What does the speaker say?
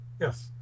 yes